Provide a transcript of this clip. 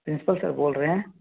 principal sir बोल रहे हैं